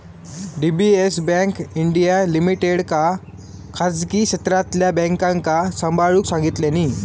DBS bank India लिमिटेडका खासगी क्षेत्रातल्या बॅन्कांका सांभाळूक सांगितल्यानी